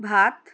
ভাত